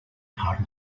part